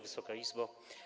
Wysoka Izbo!